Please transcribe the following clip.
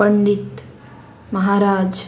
Pandit Maharaj